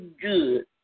good